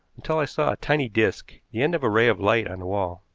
until i saw a tiny disk, the end of a ray of light, on the wall.